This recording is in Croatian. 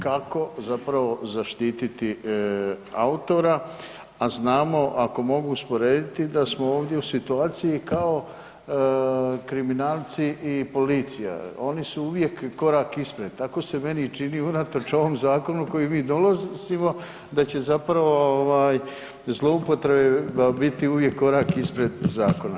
Kako zapravo zaštititi autora, a znamo ako mogu usporediti da smo ovdje u situaciji kao kriminalci i policija, oni su uvijek korak ispred, tako se meni i čini unatoč ovom zakonu koji mi donosimo da će zapravo ovaj zloupotreba biti uvijek korak ispred zakona.